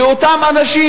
ואותם אנשים,